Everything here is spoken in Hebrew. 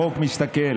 החוק מסתכל